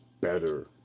better